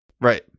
Right